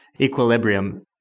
equilibrium